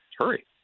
hurry